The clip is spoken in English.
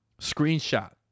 screenshot